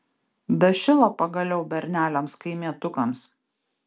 dašilo pagaliau berneliams kaimietukams